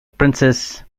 princess